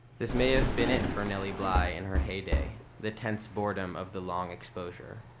this may have been it for nellie bly in her heyday, the tense boredom of the long exposure,